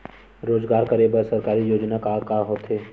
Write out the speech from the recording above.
रोजगार करे बर सरकारी योजना का का होथे?